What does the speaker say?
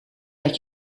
dat